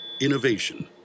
Innovation